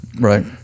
Right